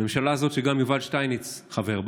הממשלה הזאת, שגם יובל שטייניץ חבר בה,